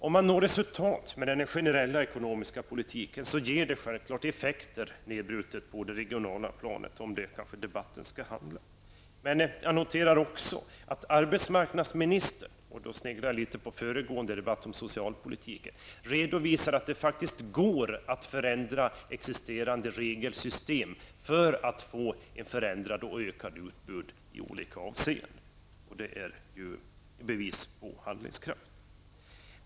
Om man når resultat med den generella ekonomiska politiken ger det självfallet effekter på det regionala planet, som debatten skall handla om. Jag noterar också att arbetsmarknadsministern -- jag sneglar litet på föregående debatt om socialpolitiken -- redovisade att det faktiskt går att förändra existerande regelsystem för att få ett förändrat och ökat utbud i olika avseenden. Det är bevis på handlingskraft.